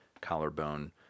collarbone